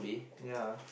ya